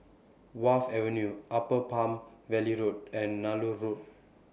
Wharf Avenue Upper Palm Valley Road and Nallur Road